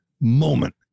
moment